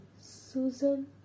Susan